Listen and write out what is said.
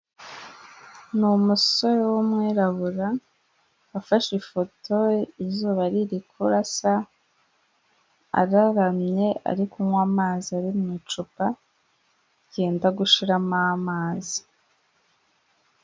Ni umusore w'umwirabura, wafashwe ifoto izuba riri kurasa araramye ari kunywa amazi ari mu icupa ryenda gushiramo amazi.